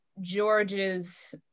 george's